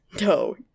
No